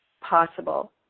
possible